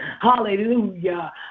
hallelujah